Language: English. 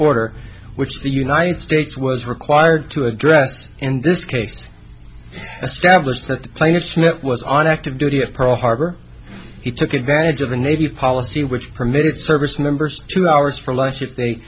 order which the united states was required to address in this case establish that the plaintiffs know it was on active duty at pearl harbor he took advantage of the navy policy which permitted service members two hours for lunch if they